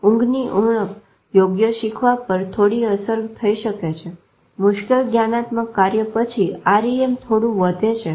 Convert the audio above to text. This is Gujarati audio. ઊંઘની ઉણપ યોગ્ય શીખવા પર થોડી અસર થઇ શકે છે મુશ્કેલ જ્ઞાનાત્મક કાર્ય પછી REM થોડું વધે છે